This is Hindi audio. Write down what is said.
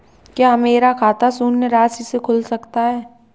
क्या मेरा खाता शून्य राशि से खुल सकता है?